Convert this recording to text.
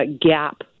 gap